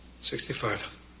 Sixty-five